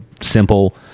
simple